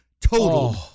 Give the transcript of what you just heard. total